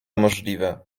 możliwe